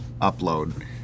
upload